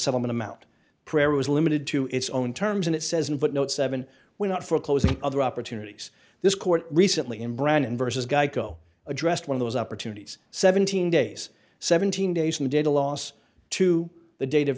settlement amount prayer was limited to its own terms and it says in but note seven we're not foreclosing other opportunities this court recently in brandon versus geico addressed one of those opportunities seventeen days seventeen days and did a loss to the date of